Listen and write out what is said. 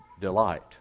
delight